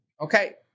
okay